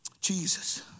Jesus